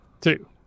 Two